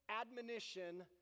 admonition